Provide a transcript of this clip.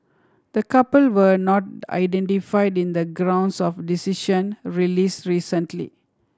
the couple were not identified in the grounds of decision released recently